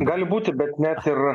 gali būti bet net ir